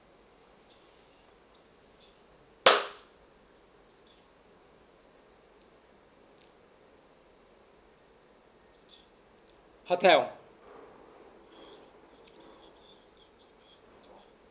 hotel